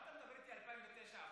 מה אתה מדבר איתי על 2009 עכשיו?